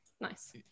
nice